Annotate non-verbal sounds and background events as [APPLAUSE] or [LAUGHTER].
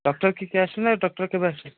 doctor [UNINTELLIGIBLE] doctor କେବେ [UNINTELLIGIBLE]